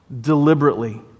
deliberately